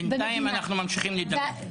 בינתיים אנחנו ממשיכים לדבר.